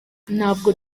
ntabwo